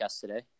today